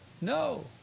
No